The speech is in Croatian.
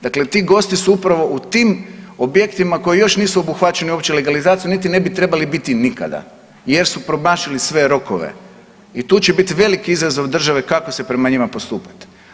Dakle, ti gosti su upravo u tim objektima koji još nisu obuhvaćeni uopće legalizacijom, niti ne bi trebali biti nikada jer su promašili sve rokove i tu će biti veliki izazov države kako se prema njima postupati.